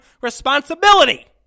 responsibility